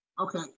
Okay